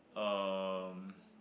um